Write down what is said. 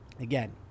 again